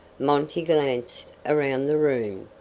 monty glanced around the room,